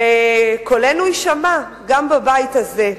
וקולנו יישמע גם בבית הזה,